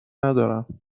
ندارم